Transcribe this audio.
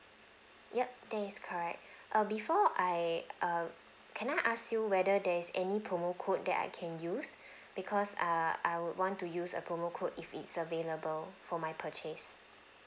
yup that is correct uh before I err can I ask you whether there's any promo code that I can use because err I would want to use a promo code if it's available for my purchase